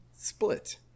split